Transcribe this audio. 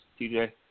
TJ